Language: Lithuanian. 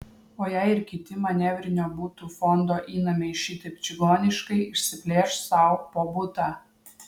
o jei ir kiti manevrinio butų fondo įnamiai šitaip čigoniškai išsiplėš sau po butą